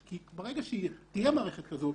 כי ברגע שתהיה מערכת כזאת